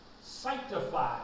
sanctify